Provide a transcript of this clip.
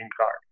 card